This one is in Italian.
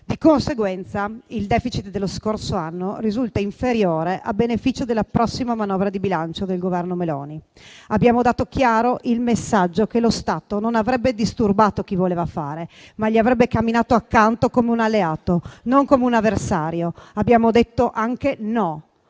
Di conseguenza, il *deficit* dello scorso anno risulta inferiore a beneficio della prossima manovra di bilancio del Governo Meloni. Abbiamo dato chiaro il messaggio che lo Stato non avrebbe disturbato chi voleva fare, ma gli sarebbe camminato accanto come un alleato, non come un avversario. Abbiamo detto anche «no»